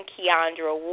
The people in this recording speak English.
Keandra